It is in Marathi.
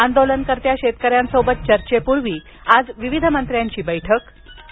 आंदोलनकर्त्या शेतकऱ्यांसोबत आज चर्चेपूर्वी विविध मंत्र्यांची बैठक आणि